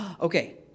Okay